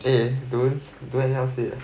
eh don't do unhealthy